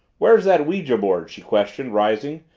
where's that ouija-board? she questioned, rising,